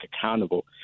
accountable